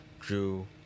Drew